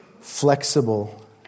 flexible